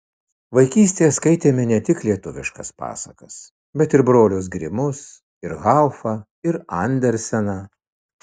vaikystėje skaitėme ne tik lietuviškas pasakas bet ir brolius grimus ir haufą ir anderseną